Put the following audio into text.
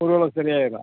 பொதுவாவே சரியாகிடும்